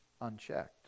unchecked